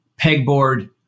pegboard